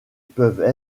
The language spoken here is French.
peuvent